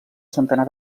centenar